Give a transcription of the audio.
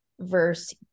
verse